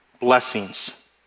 blessings